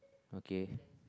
okay